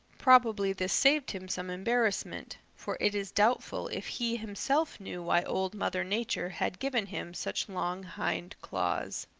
probably this saved him some embarrassment, for it is doubtful if he himself knew why old mother nature had given him such long hind claws.